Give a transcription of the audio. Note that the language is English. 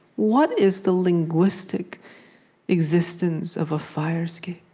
what is the linguistic existence of a fire escape,